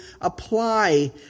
apply